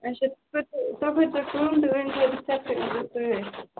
اَچھا تُہۍ تُہۍ کٔرۍتَو کٲم تُہۍ أنۍزیٚو رِسپٹہٕ یوٗرۍ تُہۍ